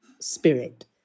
spirit